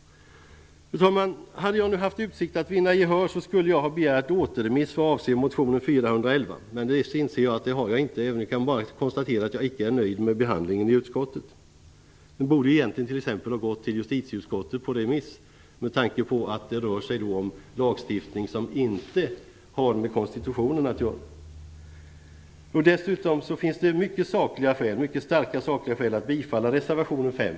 Fru talman! Hade jag haft utsikt att vinna gehör skulle jag nu ha begärt återremiss vad avser motion K411. Men jag inser att jag inte har det. Jag kan bara konstatera att jag icke är nöjd med behandlingen i utskottet. Den borde egentligen t.ex. ha gått till justitieutskottet på remiss med tanke på att det rör sig om en lagstiftning som inte har med konstitutionen att göra. Det finns dessutom mycket starka sakliga skäl att bifalla reservation 5.